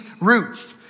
roots